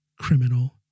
criminal